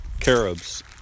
Caribs